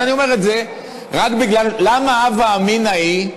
אני אומר את זה למה ההווה אמינא היא,